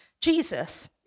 Jesus